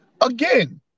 again